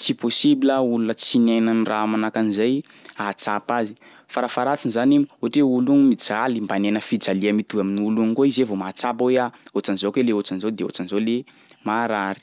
tsy possible olona tsy niaina ny raha manahaka an'zay ahatsapa azy, farafaharatsiny zany ohatry hoe olo igny mijaly mba niaina fijalia mitovy amin'olo igny koa i zay vao mahatsapa hoe ah ohatrin'izao kay le ohatrin'izao de ohatrin'izao le maharary.